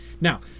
Now